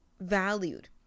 valued